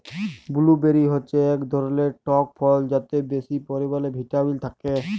blueberry হচ্যে এক ধরলের টক ফল যাতে বেশি পরিমালে ভিটামিল থাক্যে